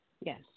Yes